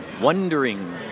wondering